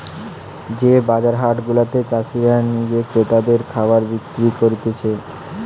যে বাজার হাট গুলাতে চাষীরা নিজে ক্রেতাদের খাবার বিক্রি করতিছে